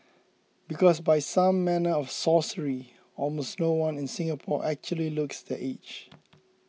because by some manner of sorcery almost no one in Singapore actually looks their age